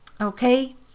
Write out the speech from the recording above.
Okay